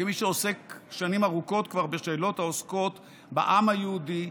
כמי שעוסק שנים ארוכות כבר בשאלות העוסקות בעם היהודי,